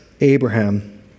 Abraham